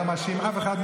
ממש אין רוח.